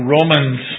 Romans